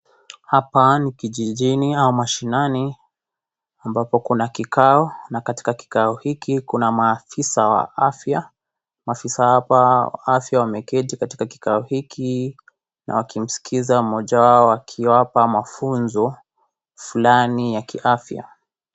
Hapa ni kijijini au mashinani ambapo kuna kikao na katika kikao hiki kuna maafisa wa afya. Maafisa hapa wa afya wameketi katika kikao hiki na wakimskiza mmoja wao akiwapa mafunzo fulani ya kiafya.